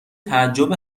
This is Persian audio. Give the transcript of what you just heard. تعجب